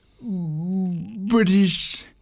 British